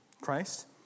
Christ